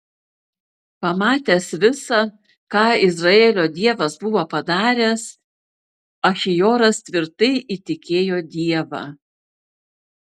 pamatęs visa ką izraelio dievas buvo padaręs achioras tvirtai įtikėjo dievą